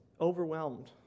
overwhelmed